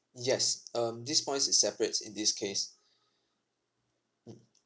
yes um these points is separates in this case mm